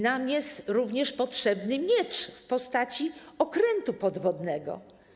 Nam jest również potrzebny miecz w postaci okrętu podwodnego.